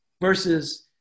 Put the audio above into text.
versus